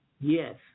Yes